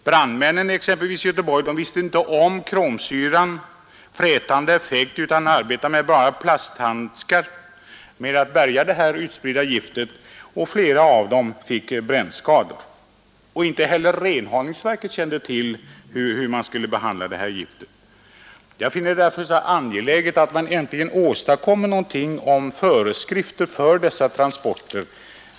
Brandmännen i Göteborg visste inte om kromsyrans frätande effekt utan arbetade i bara plasthandskar med att bärga det utspridda pulvret. Flera av dem fick brännskador på händerna. Inte heller renhållningsverket visste om ämnets giftighet. Jag finner det därför angeläget att man åstadkommer föreskrifter för dessa transporter.